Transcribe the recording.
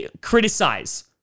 criticize